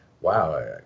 wow